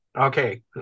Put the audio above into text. Okay